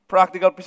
practical